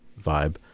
vibe